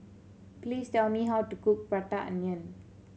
please tell me how to cook Prata Onion